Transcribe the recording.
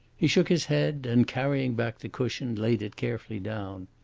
he shook his head, and, carrying back the cushion, laid it carefully down.